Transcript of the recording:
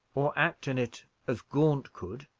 or act in it as gaunt could.